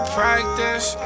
practice